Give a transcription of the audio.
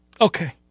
Okay